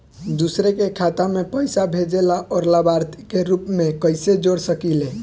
दूसरे के खाता में पइसा भेजेला और लभार्थी के रूप में कइसे जोड़ सकिले?